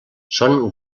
són